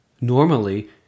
Normally